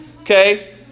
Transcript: Okay